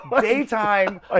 Daytime